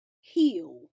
heal